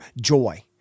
joy